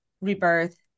rebirth